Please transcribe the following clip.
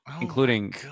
including